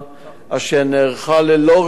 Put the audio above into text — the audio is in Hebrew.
אשר נערכה ללא רשיון